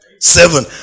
Seven